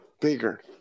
Bigger